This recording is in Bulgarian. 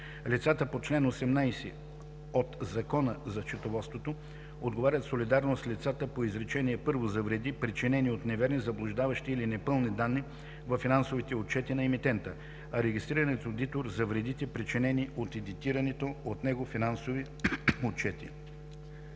Лицата по чл. 18 от Закона за счетоводството отговарят солидарно с лицата по изречение първо за вреди, причинени от неверни, заблуждаващи или непълни данни във финансовите отчети на емитента, а регистрираният одитор – за вредите, причинени от одитираните от него финансови отчети.